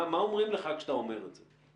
מה אומרים לך כשאתה אומר את זה?